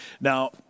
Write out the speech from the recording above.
now